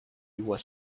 was